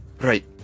right